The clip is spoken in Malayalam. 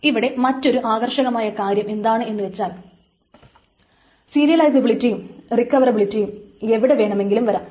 ഇവിടെ മറ്റൊരു ആകർഷകമായ കാര്യം എന്താണെന്നു വച്ചാൽ സിരിയലിസബിലിറ്റിയും റിക്കവറബിലിറ്റിയും എവിടെ വേണമെങ്കിലും വരാം